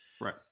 Right